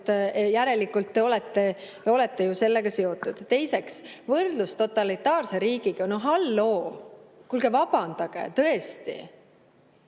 Järelikult te olete ju sellega seotud. Teiseks, võrdlus totalitaarse riigiga – no halloo! Kuulge, vabandage – tõesti,